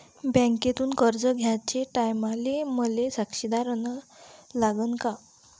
बँकेतून कर्ज घ्याचे टायमाले मले साक्षीदार अन लागन का?